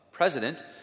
president